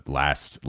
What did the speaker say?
last